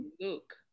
Look